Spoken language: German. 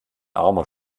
armer